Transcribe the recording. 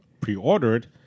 pre-ordered